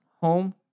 home